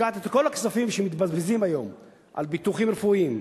לקחת את כל הכספים שמתבזבזים היום על ביטוחים רפואיים,